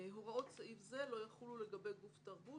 הוראות סעיף זה לא יחולו לגבי גוף תרבות